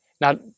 Now